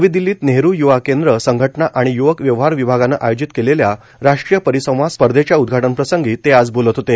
नवी दिल्लीत नेहरु य्वा केंद्र संघटना आणि य्वक व्यवहार विभागानं आयोजित केलेल्या राष्ट्रीय परिसंवाद स्पर्धेच्या उद्घाटन प्रसंगी ते आज बोलत होते